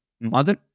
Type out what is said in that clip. mother